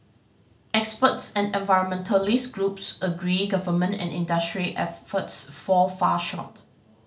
experts and environmentalist groups agree government and industry efforts fall far short